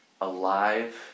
alive